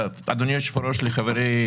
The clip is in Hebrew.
בואו נטיל מס על פיליבסטר,